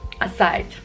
aside